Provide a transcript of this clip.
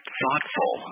thoughtful